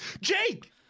Jake